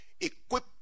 equip